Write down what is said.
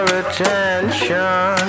attention